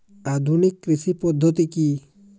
আধুনিক কৃষি পদ্ধতি কী?